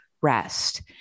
rest